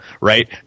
right